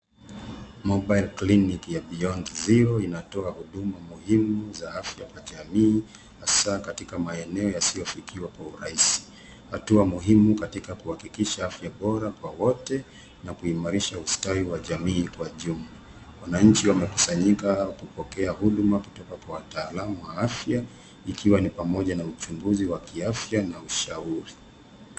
Mobile clinic ya Beyond Zero inatoa huduma muhimu za afya kwa jamii hasa katika maeneo yasiyofikiwa kwa urahisi. Hatua muhimu katika kuhakikisha afya bora kwa wote na kuimarisha ustawi wa jamii kwa jumla. Wananchi wamekusanyika au kupokea huduma kutoka kwa wataalamu wa afya ikiwa ni pamoja na uchunguzi wa kiafya na ushauri.